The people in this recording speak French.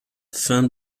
fin